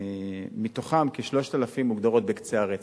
מהן כ-3,000 מוגדרות בקצה הרצף.